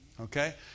Okay